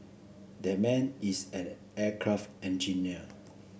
that man is an aircraft engineer